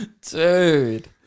Dude